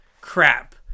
crap